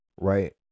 right